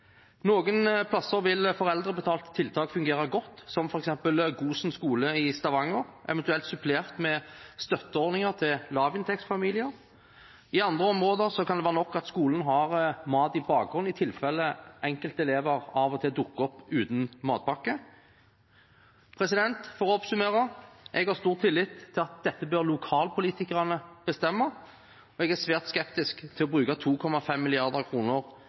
Noen plasser vil foreldrebetalte tiltak fungere godt, som f.eks. ved Gosen skole i Stavanger, eventuelt supplert med støtteordninger til lavinntektsfamilier. I andre områder kan det være nok at skolen har mat i bakhånd i tilfelle enkelte elever av og til dukker opp uten matpakke. For å oppsummere: Jeg har stor tillit til at dette bør lokalpolitikerne bestemme, og jeg er svært skeptisk til å bruke 2,5